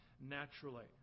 naturally